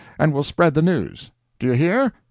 and will spread the news do you hear?